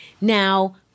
Now